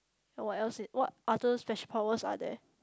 ye what else it what other special powers are there